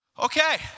Okay